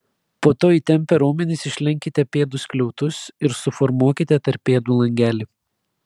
po to įtempę raumenis išlenkite pėdų skliautus ir suformuokite tarp pėdų langelį